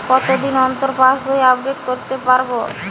কতদিন অন্তর পাশবই আপডেট করতে পারব?